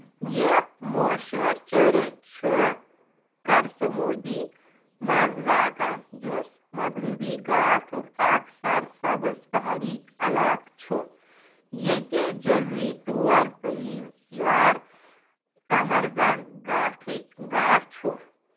یہِ مشہوٗر چرٕچ چھُ کرسومودی منٛز واقعہٕ یُس مغربی گھاٹھُک اکھ سرسبٕز پہٲڑی علاقہٕ چھُ یتہِ جزوی طور پٔریوار كمر بند گاٹھی گاٹھ چھُ